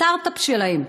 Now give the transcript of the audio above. הסטרט-אפ שלהן,